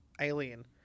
alien